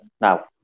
now